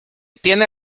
tiene